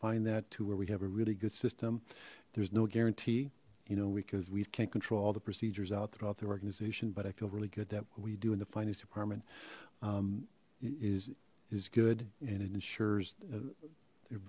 refine that to where we have a really good system there's no guarantee you know because we can't control all the procedures out throughout their organization but i feel really good that what we do in the finance department is is good and it ensures